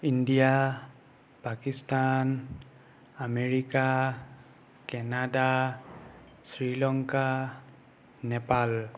India Pakistan America Canada Sri Lanka Nepal